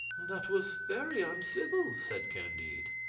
that was very uncivil, said candide.